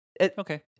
Okay